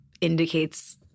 indicates